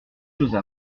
choses